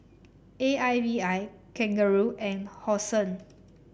A I B I Kangaroo and Hosen